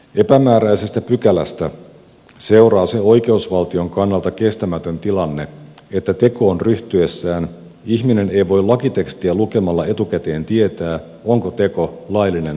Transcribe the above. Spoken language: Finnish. epämääräisestä pykälästä seuraa se oikeusvaltion kannalta kestämätön tilanne että tekoon ryhtyessään ihminen ei voi lakitekstiä lukemalla etukäteen tietää onko teko laillinen vai laiton